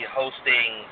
hosting